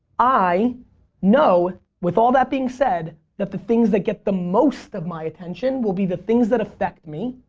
i know with all that being said that the things that get the most of my attention will be the things that affect me.